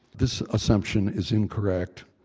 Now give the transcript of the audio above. this assumption is incorrect.